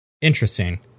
Interesting